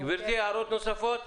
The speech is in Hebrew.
גברתי, יש הערות נוספות?